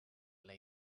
lay